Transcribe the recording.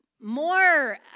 more